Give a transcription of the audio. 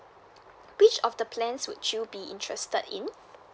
which of the plans would you be interested in